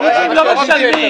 הדי-ג'ייז לא משלמים.